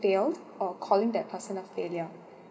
failed or calling that person a failure